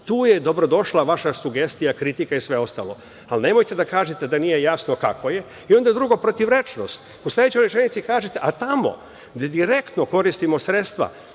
Tu je dobrodošla vaša sugestija, kritika i sve ostalo, ali nemojte da kažete da nije jasno kako je. Protivrečnost. U sledećoj rečenici kažete – a tamo gde direktno koristimo sredstva